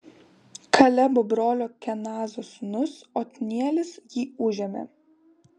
kalebo brolio kenazo sūnus otnielis jį užėmė